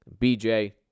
BJ